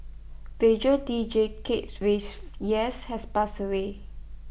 radio deejay Kates raise yes has passed away